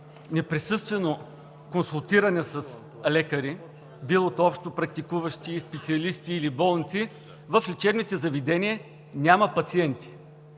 неприсъствено консултиране с лекари, било то общопрактикуващи, специалисти или болници, в лечебните заведения няма пациенти.